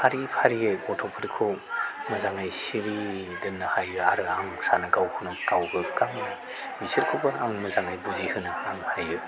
फारि फारियै गथ'फोरखौ मोजाङै सिरियै दोननो हायो आरो आं सानो गावखौनो गाव गोग्गाहोनो बिसोरखौबो आं मोजाङै बुजि होनो आं हायो